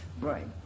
Right